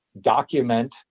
document